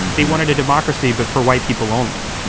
they wanted a democracy but for white people only.